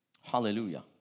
Hallelujah